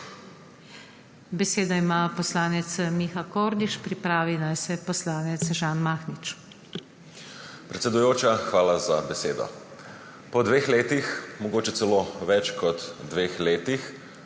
Besedo ima poslanec Miha Kordiš, pripravi naj se poslanec Žan Mahnič. MIHA KORDIŠ (PS Levica): Predsedujoča, hvala za besedo. Po dveh letih, mogoče celo več kot dveh letih